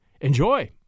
Enjoy